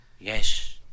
yes